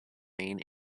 main